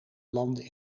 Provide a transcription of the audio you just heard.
landen